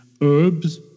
herbs